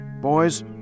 Boys